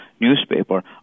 newspaper